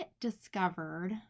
discovered